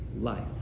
life